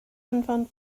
anfon